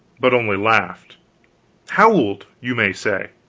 but only laughed howled, you may say.